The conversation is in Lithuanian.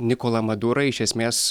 nikolą madurą iš esmės